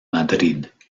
madrid